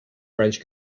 french